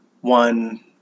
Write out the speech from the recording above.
one